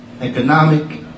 economic